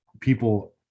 people